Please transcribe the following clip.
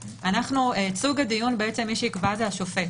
סוג הדיון מי שיקבע זה השופט.